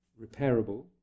repairable